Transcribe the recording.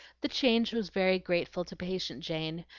the change was very grateful to patient jane,